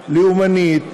לאומנית,